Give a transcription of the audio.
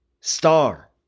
star